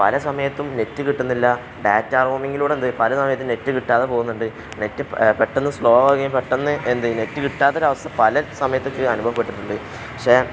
പല സമയത്തും നെറ്റ് കിട്ടുന്നില്ല ഡാറ്റാ റോമിങ്ങിലൂടെ എന്ത് പല സമയത്ത് നെറ്റ് കിട്ടാതെ പോകുന്നുണ്ട് നെറ്റ് പെട്ടന്ന് സ്ലോ ആകുകയും പെട്ടെന്ന് എന്ത് നെറ്റ് കിട്ടാത്തൊരു അവസ്ഥ പല സമയത്തൊക്കെ അനുഭവപ്പെട്ടിട്ടുണ്ട് പക്ഷേ